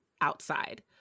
outside